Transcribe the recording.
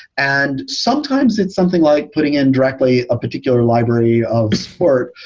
and sometimes it's something like putting in directly a particular library of support.